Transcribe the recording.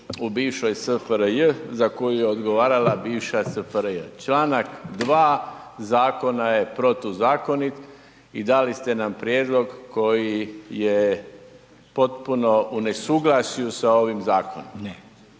u bivšoj SFRJ za koju je odgovarala bivša SFRJ? Članak 2. zakona je protuzakonit i dali ste nam prijedlog koji je potpuno u nesuglasju s ovim zakonom.